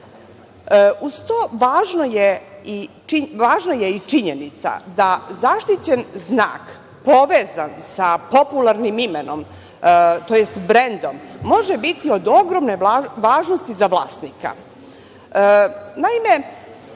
Uz to, važna je i činjenica da zaštićen znak povezan sa popularnim imenom, tj. brendom može biti od ogromne važnosti za vlasnika. Naime,